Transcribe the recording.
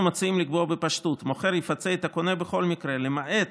אנחנו מציעים לקבוע בפשטות: מוכר יפצה את הקונה בכל מקרה למעט